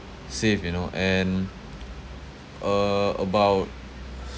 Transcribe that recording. save you know and uh about